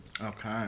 Okay